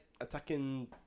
attacking